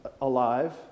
alive